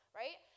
right